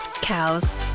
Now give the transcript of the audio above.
Cows